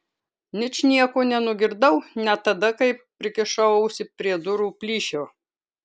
ničnieko nenugirdau net tada kai prikišau ausį prie durų plyšio